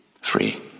Free